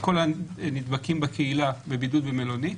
הנדבקים בקהילה בבידוד במלונית.